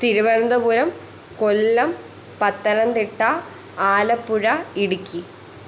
Thiruvananthapuram Kollam Pathanamthitta Alappuzha Idukki